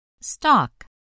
Stock